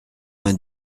vingt